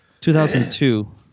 2002